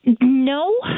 No